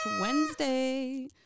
Wednesday